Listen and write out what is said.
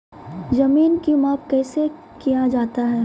जमीन की माप कैसे किया जाता हैं?